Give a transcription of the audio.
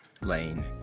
Lane